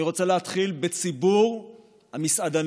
אני רוצה להתחיל בציבור המסעדנים.